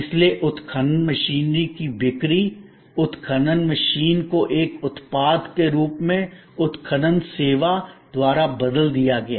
इसलिए उत्खनन मशीन की बिक्री उत्खनन मशीन को एक उत्पाद के रूप में उत्खनन सेवा द्वारा बदल दिया गया